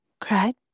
cried